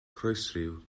croesryw